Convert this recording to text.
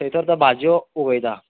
थंयसर तो भाजयो उगयता